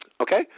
Okay